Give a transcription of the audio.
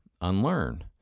unlearn